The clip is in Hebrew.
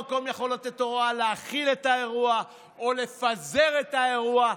במקום יכול לתת הוראה להכיל את האירוע או לפזר את האירוע,